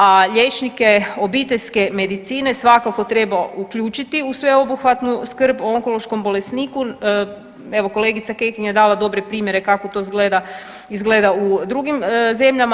A liječnike obiteljske medicine svakako treba uključiti u sveobuhvatnu skrb o onkološkom bolesniku evo kolegica Kekin je dala dobre primjere kako to izgleda u drugim zemljama.